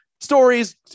stories